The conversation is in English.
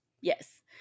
Yes